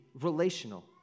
relational